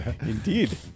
Indeed